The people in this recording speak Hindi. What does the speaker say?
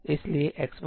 इसलिए x114